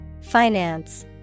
Finance